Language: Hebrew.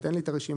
אין לי את הרשימה.